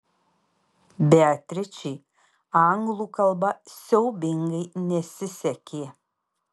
beatričei anglų kalba siaubingai nesisekė